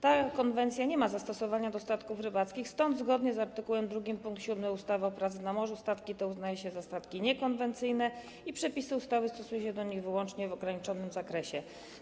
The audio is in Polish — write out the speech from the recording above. Ta konwencja nie ma zastosowania do statków rybackich, stąd zgodnie z art. 2 pkt 7 ustawy o pracy na morzu statki te uznaje się za statki niekonwencyjne i przepisy ustawy stosuje się do nich wyłącznie w ograniczonym zakresie.